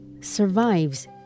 survives